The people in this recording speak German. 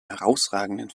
herausragenden